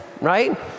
right